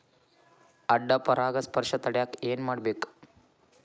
ಅಡ್ಡ ಪರಾಗಸ್ಪರ್ಶ ತಡ್ಯಾಕ ಏನ್ ಮಾಡ್ಬೇಕ್?